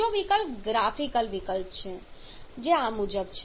બીજો વિકલ્પ ગ્રાફિકલ વિકલ્પ છે જે આ મુજબ છે